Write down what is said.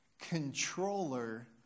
controller